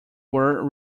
were